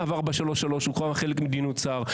להב 433 הוקמה כחלק ממדיניות שר,